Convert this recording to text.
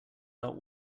out